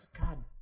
God